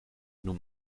noem